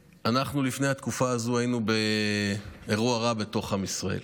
לפני התקופה הזו היינו באירוע רע בתוך עם ישראל,